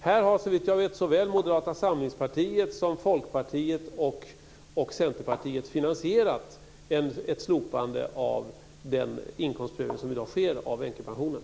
Här har såvitt jag vet såväl Moderata samlingspartiet som Folkpartiet och Centerpartiet finansierat ett slopande av den inkomstprövning som i dag sker av änkepensionen.